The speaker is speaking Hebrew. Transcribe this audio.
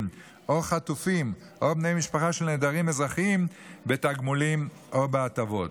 או חטופים או בני משפחה של נעדרים אזרחיים בתגמולים או בהטבות.